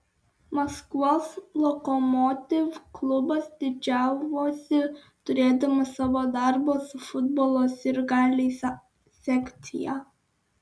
maskvos lokomotiv klubas didžiavosi turėdamas savo darbo su futbolo sirgaliais sekciją